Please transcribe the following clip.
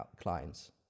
clients